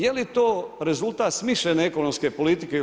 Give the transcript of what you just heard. Je li to rezultat smišljene ekonomske politike ili